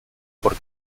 por